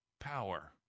Power